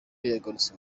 yagarutse